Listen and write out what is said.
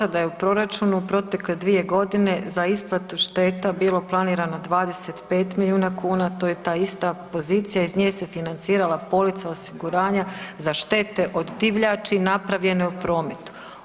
Dosada je u proračunu u protekle dvije godine za isplatu šteta bilo planirano 25 milijuna kuna, to je ta ista pozicija iz nje se financirala polica osiguranja za štete od divljači napravljene u prometu.